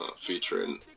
featuring